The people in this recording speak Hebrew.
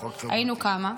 אבל היינו כמה,